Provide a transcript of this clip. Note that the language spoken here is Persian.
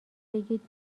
بگید